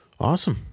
Awesome